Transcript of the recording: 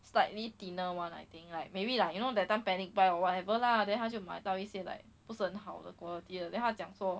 slightly thinner one I think like maybe like you know that time panic buy or whatever lah then 他就买到一些 like 不是很好的 quality 的 then 他讲说